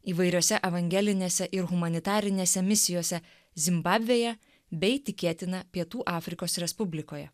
įvairiose evangelinėse ir humanitarinėse misijose zimbabvėje bei tikėtina pietų afrikos respublikoje